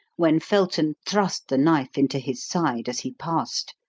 when felton thrust the knife into his side as he passed,